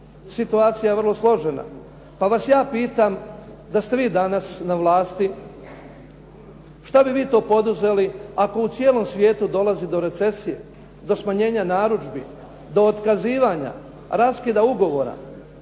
Situacija je vrlo složena. Pa vas ja pitam, da ste vi danas na vlasti, što bi vi to poduzeli ako u cijelom svijetu dolazi do recesije, do smanjenja narudžbi, do otkazivanja, raskida ugovora,